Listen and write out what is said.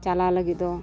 ᱪᱟᱞᱟᱣ ᱞᱟᱹᱜᱤᱫ ᱫᱚ